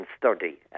study